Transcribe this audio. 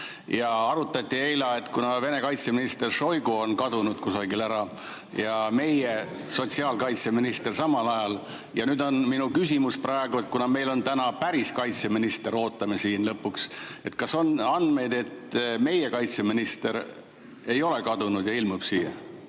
arutati, et Vene kaitseminister Šoigu on kadunud kusagile ära ja meie sotsiaalkaitseminister samal ajal. Ja nüüd on minu küsimus praegu, kuna meil on täna päris kaitseministrit oodata siia lõpuks, et kas on andmeid, ega meie kaitseminister ei ole kadunud. Kas ta ilmub siia?